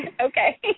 Okay